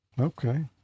Okay